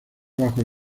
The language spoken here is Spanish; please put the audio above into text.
bajo